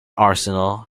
arsenal